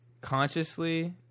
consciously